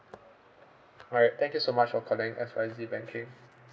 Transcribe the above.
all right thank you so much for calling X Y Z banking